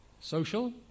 Social